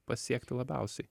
pasiekti labiausiai